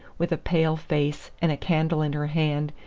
with a pale face, and a candle in her hand,